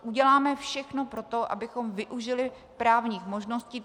Uděláme všechno pro to, abychom využili právních možností.